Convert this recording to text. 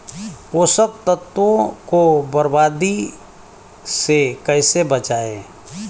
पोषक तत्वों को बर्बादी से कैसे बचाएं?